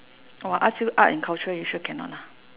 or I ask you art and culture you sure cannot ah